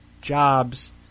Jobs